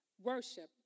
worship